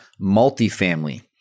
multifamily